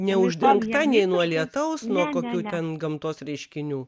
neuždengta nei nuo lietaus nuo kokių ten gamtos reiškinių